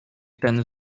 ten